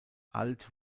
alt